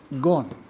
gone